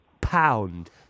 pound